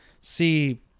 See